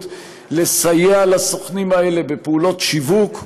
לסייע לסוכנים האלה בפעולות שיווק,